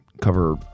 cover